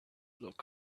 look